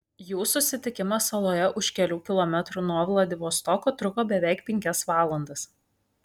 jų susitikimas saloje už kelių kilometrų nuo vladivostoko truko beveik penkias valandas